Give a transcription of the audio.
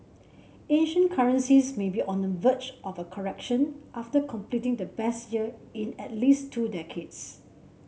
Asian currencies may be on the verge of a correction after completing the best year in at least two decades